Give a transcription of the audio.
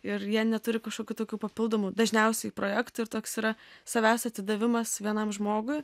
ir jie neturi kažkokių tokių papildomų dažniausiai projektų ir toks yra savęs atidavimas vienam žmogui